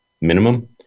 minimum